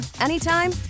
anytime